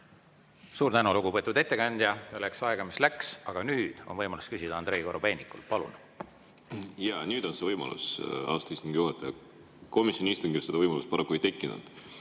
Suur tänu, lugupeetud ettekandja! Läks aega, mis läks, aga nüüd on võimalus küsida Andrei Korobeinikul. Palun! Jaa, nüüd on see võimalus, austatud istungi juhataja. Komisjoni istungil seda võimalust paraku ei tekkinud.